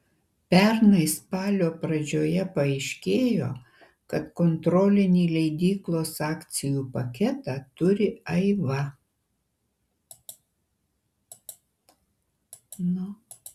pernai spalio pradžioje paaiškėjo kad kontrolinį leidyklos akcijų paketą turi aiva